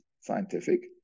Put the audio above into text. scientific